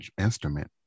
instrument